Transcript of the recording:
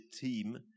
team